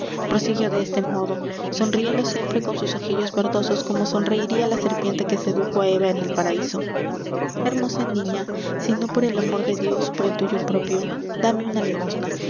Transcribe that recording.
prosiguió de este modo sonriendo siempre con sus ojillos verdosos como sonreiría la serpiente que sedujo á eva en el paraíso hermosa niña si no por el amor de dios por el tuyo propio dame una limosna